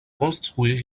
construire